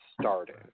started